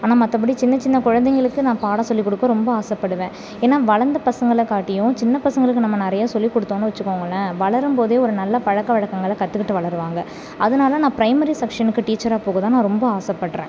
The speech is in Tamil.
ஆனால் மற்றபடி சின்ன சின்ன குழந்தைகளுக்கு நான் பாடம் சொல்லிக்கொடுக்க ரொம்ப ஆசைப்படுவேன் ஏன்னால் வளர்ந்த பசங்களை காட்டியும் சின்ன பசங்களுக்கு நம்ம நிறைய சொல்லிக்கொடுத்தோன்னு வெச்சுக்கோங்களேன் வளரும்போதே ஒரு நல்ல பழக்கவழக்கங்களை கற்றுக்கிட்டு வளருவாங்க அதனால் நான் ப்ரைமரி செக்ஷனுக்கு டீச்சராக போக தான் நான் ரொம்ப ஆசைப்பட்றேன்